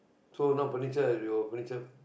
so no furniture you furniture